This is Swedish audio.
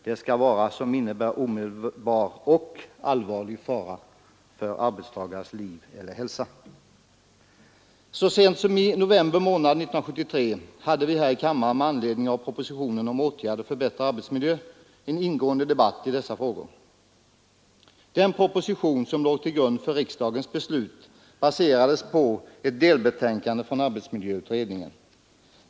Det skall vara ”som innebär omedelbar och allvarlig fara för arbetstagares liv eller hälsa”. Så sent som i november månad 1973 hade vi här i kammaren med anledning av propositionen om åtgärder för bättre arbetsmiljö en ingående debatt i dessa frågor. Propositionen baserades på ett delbetänkande från arbetsmiljöutredningen.